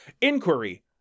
Inquiry